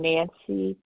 Nancy